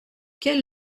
quel